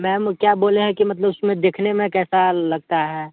ma'am क्या बोले हैं कि मतलब उसमें देखने में कैसा लगता है